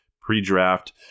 pre-draft